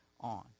on